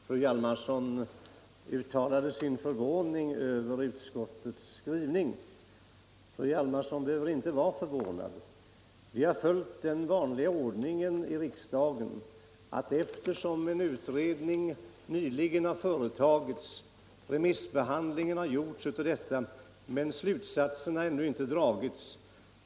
Herr talman! Fru Hjalmarsson uttalade sin förvåning över utskottets skrivning. Fru Hjalmarsson behöver inte vara förvånad. Vi har följt den — Nr 87 vanliga ordningen i riksdagen. En utredning har företagits och remiss Torsdagen den behandlingen har ägt rum, men slutsatserna har ännu ej dragits.